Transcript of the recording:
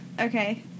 Okay